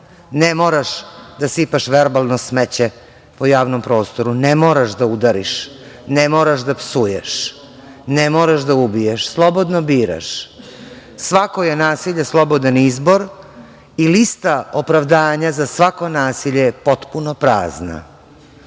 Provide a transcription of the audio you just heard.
ne moraš da sipaš verbalno smeće po javnom prostoru. Ne moraš da udariš, ne moraš da psuješ, ne moraš da ubiješ, slobodno biraš. Svako je nasilje slobodan izbor i lista opravdanja za svako nasilje je potpuno prazna.